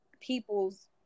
people's